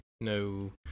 no